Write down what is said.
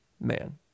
man